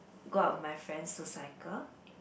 go out with my friends to cycle